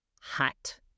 hot